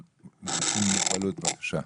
בבקשה.